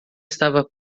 estava